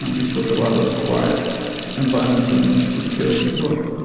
this was a rather quiet environment in which he could carry his work.